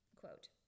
quote